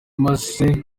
maze